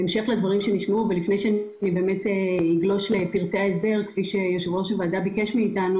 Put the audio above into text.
לפני שאני אגלוש לפרטי ההסדר כפי שיושב-ראש הוועדה ביקש מאיתנו,